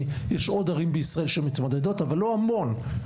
יש עוד ערים בישראל שמתמודדות אבל לא המון,